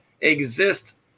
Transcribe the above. exist